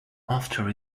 after